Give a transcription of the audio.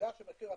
עובדה שמחיר הנפט,